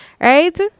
right